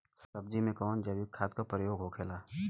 सब्जी में कवन जैविक खाद का प्रयोग होखेला?